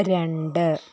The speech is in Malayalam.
രണ്ട്